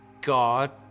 God